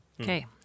Okay